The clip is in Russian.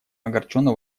огорченно